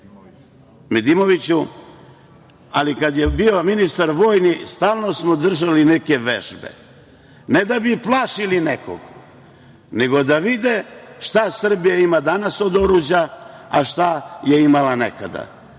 Kada je bio ministar vojni stalno smo držali neke vežbe, ne da bi plašili nekoga, nego da vide šta Srbija ima danas od oruđa, a šta je imala nekada.